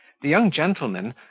the young gentlemen,